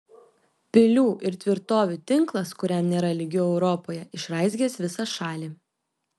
pilių ir tvirtovių tinklas kuriam nėra lygių europoje išraizgęs visą šalį